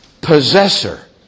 possessor